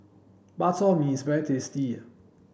Bak Chor Mee is very tasty